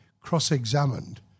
cross-examined